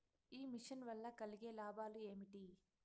ఈ మిషన్ వల్ల కలిగే లాభాలు ఏమిటి?